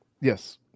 Yes